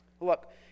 Look